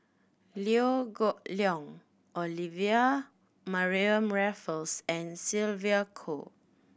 Liew Geok Leong Olivia Mariamne Raffles and Sylvia Kho